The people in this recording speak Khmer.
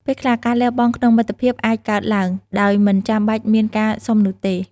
ពេលខ្លះ ការលះបង់ក្នុងមិត្តភាពអាចកើតឡើង ដោយមិនចាំបាច់មានការសុំនោះទេ។